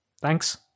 Thanks